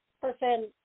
person